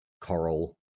coral